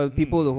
people